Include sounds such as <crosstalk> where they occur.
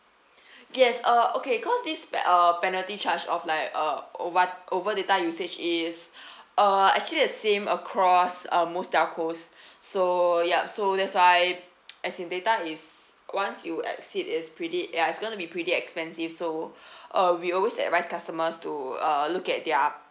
<breath> yes uh okay cause this pe~ uh penalty charge of like uh ove~ over data usage is uh actually the same across uh most telcos so yup so there's why <noise> as in data is once you exceed is pretty ya it's gonna be pretty expensive so uh we always advise customers to uh look at their